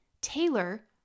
Taylor